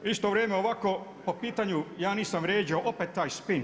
U isto vrijeme ovako po pitanju ja nisam vrijeđao opet taj spin.